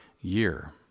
year